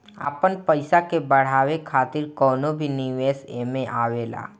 आपन पईसा के बढ़ावे खातिर कवनो भी निवेश एमे आवेला